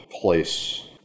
place